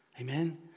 Amen